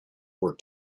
were